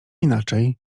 inaczej